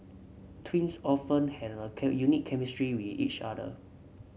twins often had a unique chemistry with each other